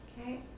okay